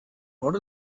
what